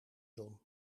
zon